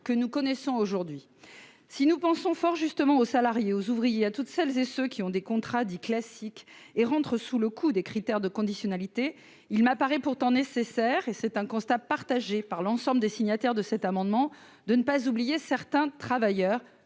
que nous connaissons. Si nous pensons fort justement aux salariés, aux ouvriers, à toutes celles et tous ceux qui ont des contrats dits classiques et qui entrent dans les critères de conditionnalité, il m'apparaît pourtant nécessaire- le constat est partagé par l'ensemble des signataires de cet amendement -de ne pas oublier certains travailleurs,